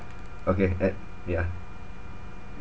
okay ed~ yeah